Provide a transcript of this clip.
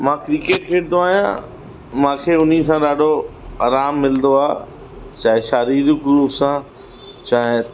मां क्रिकेट खेॾंदो आहियां मूंखे उन्ही सां ॾाढो आराम मिलंदो आहे चाहे शारीरिक रूप सां चाहे